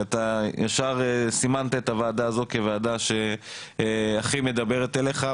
אתה ישר סימנת את הוועדה הזו כוועדה שהכי מדברת אלייך,